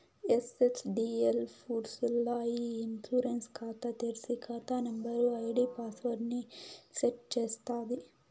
NSDL పూర్స్ ల్ల e insurance కాతా తెర్సి, కాతా నంబరు, ఐడీ పాస్వర్డ్ ని సెట్ చేస్తాది